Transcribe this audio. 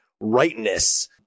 rightness